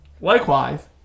Likewise